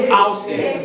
houses